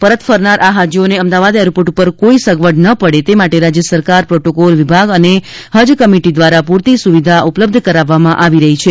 પરત ફરનાર આ હાજીઓને અમદાવાદ એરપોર્ટ ઉપર કોઈ સગવડ ન પડે તે માટે રાજ્ય સરકાર પ્રોટોકોલ વિભાગ અને હજ કમિટિ દ્વારા પુરતી સુવિધા ઉપલબ્ધ કરાવવામાં આવી રહી છે